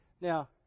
Now